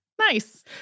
Nice